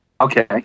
Okay